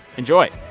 enjoy